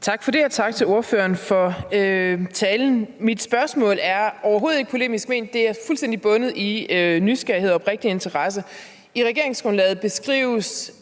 Tak for det, og tak til ordføreren for talen. Mit spørgsmål er overhovedet ikke polemisk ment, det er fuldstændig bundet i nysgerrighed og oprigtig interesse. I regeringsgrundlaget beskrives